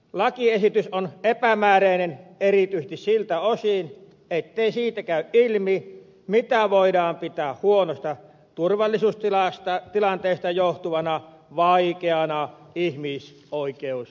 lakiesitys on epämääräinen erityisesti siltä osin ettei siitä käy ilmi mitä voidaan pitää huonosta turvallisuustilanteesta johtuvana vaikeana ihmisoikeustilanteena